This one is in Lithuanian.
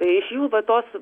tai iš jų va tos